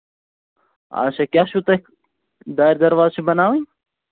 اچھا کیٛاہ چھُو تۄہہِ دارِ دراوازٕ چھِ بَناوٕنۍ